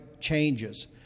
changes